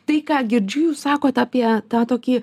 tai ką girdžiu jūs sakot apie tą tokį